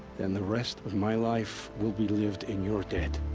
then the rest of my life will be lived in your.